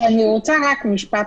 קיבלת שני משפטים.